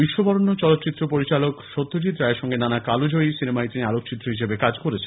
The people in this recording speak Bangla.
বিশ্ববরেণ্য চলচ্চিত্র পরিচালক সত্যজিৎ রায়ের সঙ্গে নানা কালজয়ী সিনেমায় তিনি আলোকচিত্রী হিসেবে কাজ করেছেন